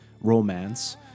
romance